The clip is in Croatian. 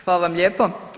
Hvala vam lijepa.